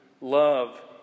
love